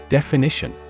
Definition